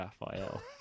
Raphael